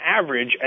average